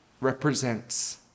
represents